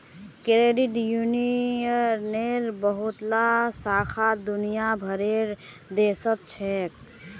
credit यूनियनेर बहुतला शाखा दुनिया भरेर देशत छेक